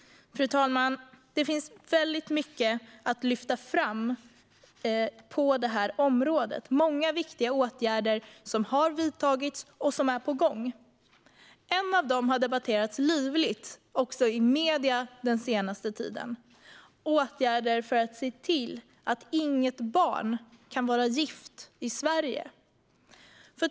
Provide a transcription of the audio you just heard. Fru talman! Det finns väldigt mycket att lyfta fram på detta område - många viktiga åtgärder som har vidtagits och som är på gång. En av dessa har debatterats livligt även i medierna den senaste tiden: åtgärder för att se till att inget barn kan vara gift i Sverige.